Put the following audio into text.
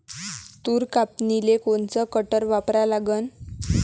तूर कापनीले कोनचं कटर वापरा लागन?